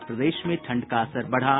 और प्रदेश में ठंड का असर बढ़ा